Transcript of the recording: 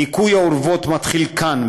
ניקוי האורוות מתחיל כאן,